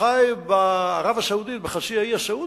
שחי בערב הסעודית, בחצי האי הסעודי,